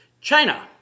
China